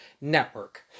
Network